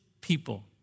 people